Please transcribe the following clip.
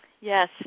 Yes